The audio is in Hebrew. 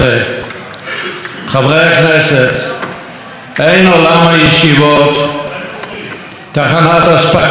אין עולם הישיבות תחנת אספקה של חיילים לאגף כוח אדם בצה"ל,